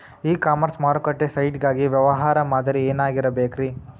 E commerce ಮಾರುಕಟ್ಟೆ site ಗಾಗಿ ವ್ಯವಹಾರ ಮಾದರಿ ಏನಾಗಿರಬೇಕ್ರಿ?